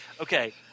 okay